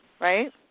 right